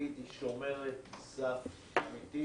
ששגית היא שומרת סף אמיתית.